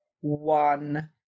one